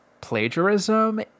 plagiarism